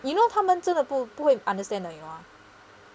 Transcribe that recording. you know 他们真的不不会 understand 的